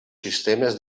sistemes